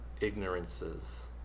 ignorances